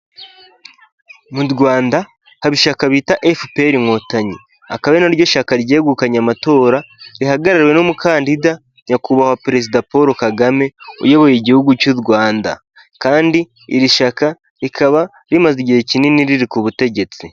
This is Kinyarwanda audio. Mu Rwanda haba ishyaka bita FPR inkotanyi, akaba ari naryo shyaka ryegukanye amatora, rihagarariwe n'umukandida nyakubahwa perezida Paul Kagame uyoboye igihugu cy'u Rwanda, kandi iri shyaka rikaba rimaze igihe kinini riri ku butegetsi.